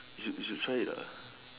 you should you should try it